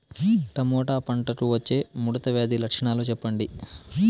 Tomato పంటకు వచ్చే ముడత వ్యాధి లక్షణాలు చెప్పండి?